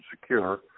secure